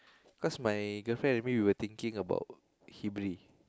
cause my girlfriend and me we were thinking about Hibri